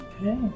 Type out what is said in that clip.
Okay